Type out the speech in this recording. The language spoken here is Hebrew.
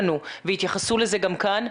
והתייחסו לזה גם כאן,